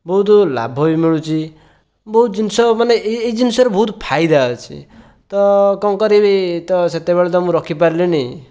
ବହୁତ ଲାଭ ବି ମିଳୁଛି ବହୁତ ଜିନିଷ ମାନେ ଏହି ଏହି ଜିନିଷରେ ବହୁତ ଫାଇଦା ଅଛି ତ' କ'ଣ କରିବି ସେତେବେଳେ ତ ମୁଁ ରଖିପାରିଲିନି